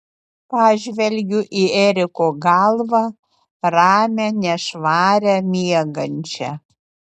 pažvelgiu į eriko galvą ramią nešvarią miegančią